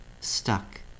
stuck